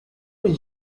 did